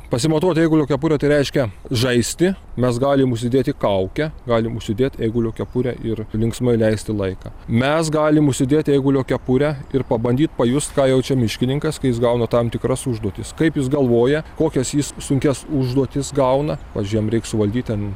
pasimatuoti eigulio kepurę tai reiškia žaisti mes galim užsidėti kaukę galim užsidėt eigulio kepurę ir linksmai leisti laiką mes galim užsidėti eigulio kepurę ir pabandyt pajust ką jaučia miškininkas kai jis gauna tam tikras užduotis kaip jis galvoja kokias jis sunkias užduotis gauna mažiem reiks valdyti ten